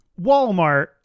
Walmart